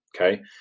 Okay